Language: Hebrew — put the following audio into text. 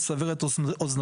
לסבר את אוזניכם,